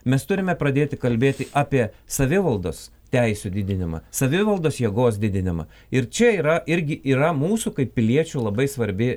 mes turime pradėti kalbėti apie savivaldos teisių didinimą savivaldos jėgos didinimą ir čia yra irgi yra mūsų kaip piliečių labai svarbi